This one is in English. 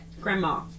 grandma